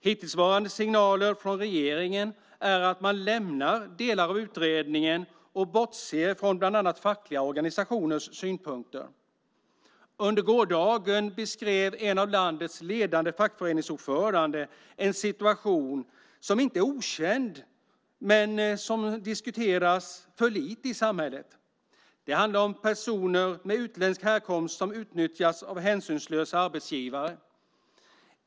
Hittillsvarande signaler från regeringen är att man lämnar delar av utredningen och bortser från bland annat fackliga organisationers synpunkter. Under gårdagen beskrev en av landets ledande fackföreningsordförande en situation som inte är okänd men som diskuteras för lite i samhället. Det handlar om personer med utländsk härkomst som utnyttjas av hänsynslösa arbetsgivare.